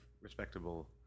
respectable